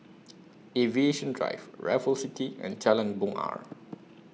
Aviation Drive Raffles City and Jalan Bungar